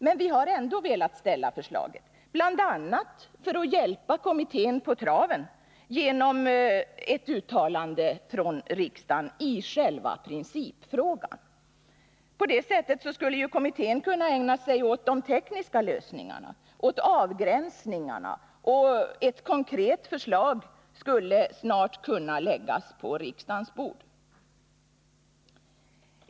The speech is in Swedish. Men vi har ändå velat lägga fram förslaget, bl.a. för att hjälpa kommittén på traven genom ett uttalande från riksdagen i själva principfrågan. Därmed skulle kommittén kunna ägna sig åt de tekniska lösningarna och avgränsningarna, och ett konkret förslag skulle snart kunna läggas på riksdagens bord.